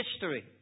history